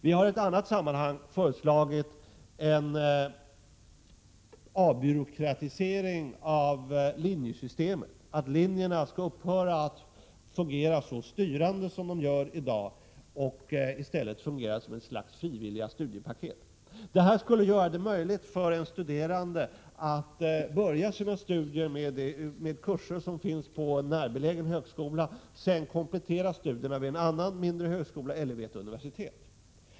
Vi har i ett annat sammanhang föreslagit en avbyråkratisering av linjesystemet, att linjerna skall upphöra att fungera så styrande som de gör i dag och i stället fungera som ett slags frivilligt studiepaket. Det skulle göra det möjligt för en studerande att börja sina studier med de kurser som finns vid en närbelägen högskola och sedan komplettera studierna vid en annan mindre högskola eller vid ett universitet.